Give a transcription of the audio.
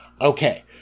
Okay